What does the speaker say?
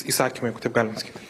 įsakymai jeigu taip galima sakyti